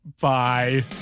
Bye